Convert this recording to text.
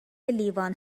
لیوان